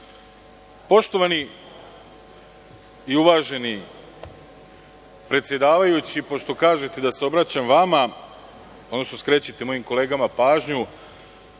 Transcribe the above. učine. Poštovani i uvaženi predsedavajući, pošto kažete da se obraćam vama, odnosno skrećete mojim kolegama pažnju,